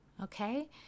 okay